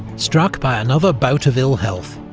struck by another bout of ill health,